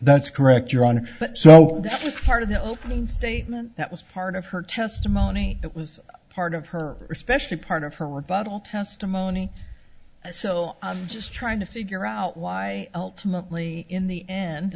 that's correct your honor but so this was part of the opening statement that was part of her testimony it was part of her especially part of her rebuttal testimony so i'm just trying to figure out why ultimately in the end